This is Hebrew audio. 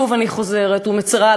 שוב אני חוזרת ומצרה,